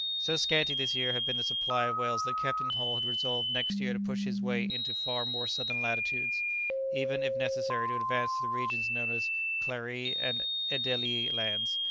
so scanty this year had been the supply of whales that captain hull had resolved next year to push his way into far more southern latitudes even, if necessary, to advance to the regions known as clarie and adelie lands,